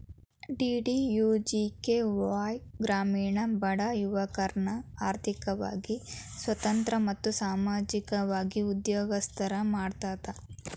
DDUGKY ಗ್ರಾಮೇಣ ಬಡ ಯುವಕರ್ನ ಆರ್ಥಿಕವಾಗಿ ಸ್ವತಂತ್ರ ಮತ್ತು ಸಾಮಾಜಿಕವಾಗಿ ಉದ್ಯೋಗಸ್ತರನ್ನ ಮಾಡ್ತದ